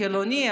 חילוני,